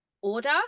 order